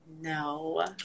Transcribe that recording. no